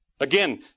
Again